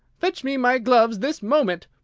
fetch me my gloves this moment!